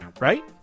Right